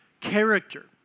character